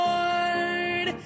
Lord